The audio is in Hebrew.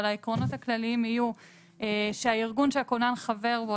אבל העקרונות הכללים יהיו שהארגון שהכונן חבר בו,